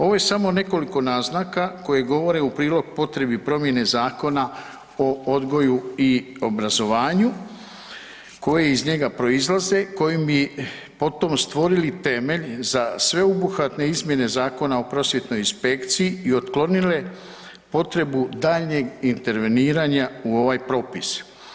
Ovo je samo nekoliko naznaka koje govore u prilog potrebi promjene Zakona o odgoju i obrazovanju koji iz njega proizlaze koji bi potom stvorili temelj za sveobuhvatne izmjene Zakona o prosvjetnoj inspekciji i otklonile potrebu daljnjeg interveniranja u ovaj propis.